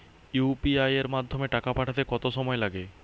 UPI এর মাধ্যমে টাকা পাঠাতে কত সময় লাগে?